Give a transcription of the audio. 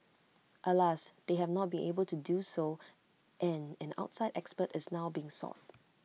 alas they have not been able to do so and an outside expert is now being sought